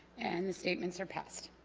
and the statements are pest